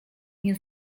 nie